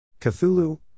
Cthulhu